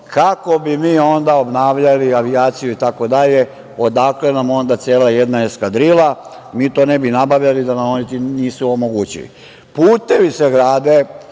kako bi mi onda obnavljali avijaciju itd? Odakle nam onda cela jedna eskadrila? Mi to ne bi nabavljali da nam oni nisu omogućili. Putevi